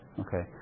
Okay